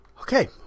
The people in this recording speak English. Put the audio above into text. Okay